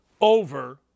over